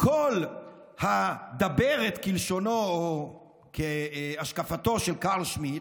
כל הדברת בפרלמנט, כלשונו או כהשקפתו של קרל שמיט,